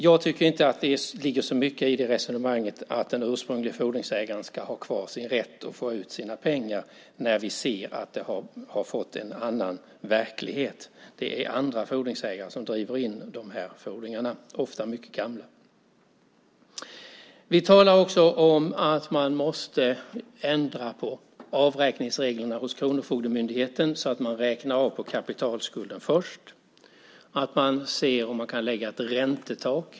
Jag tycker inte att det ligger så mycket i resonemanget att den ursprunglige fordringsägaren ska ha kvar sin rätt att få ut sina pengar när vi ser att det har fått en annan verklighet. Det är andra fordringsägare som driver in de här fordringarna som ofta är mycket gamla. Vi talar också om att man måste ändra på avräkningsreglerna hos kronofogdemyndigheterna så att man räknar av på kapitalskulden först, att man ser om man kan lägga ett räntetak.